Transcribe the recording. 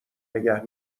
نگه